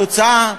התוצאה.